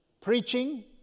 preaching